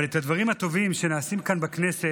הרי על הדברים הטובים שנעשים כאן בכנסת